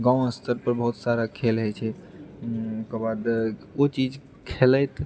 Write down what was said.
गांँव स्तर पर बहुत सारा खेल होइत छै ओकर बाद ओ चीज खेलैत